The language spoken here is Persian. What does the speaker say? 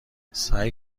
سعی